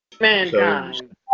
Mankind